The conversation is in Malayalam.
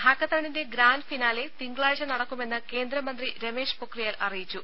ഹാക്കത്തണിന്റെ ഗ്രാന്റ് ഫിനാലെ തിങ്കളാഴ്ച നടക്കുമെന്ന് കേന്ദ്രമന്ത്രി രമേഷ് പൊഖ്രിയാൽ അറിയിച്ചു